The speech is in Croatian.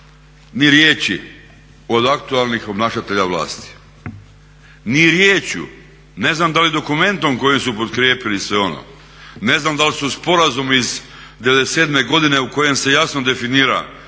ni riječi od aktualnih obnašatelja vlasti, ni riječju. Ne znam da li dokumentom kojim su potkrijepili sve ono, ne znam da li su sporazum iz '97.godine u kojem se jasno definira koji